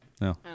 No